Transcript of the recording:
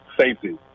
safety